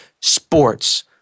sports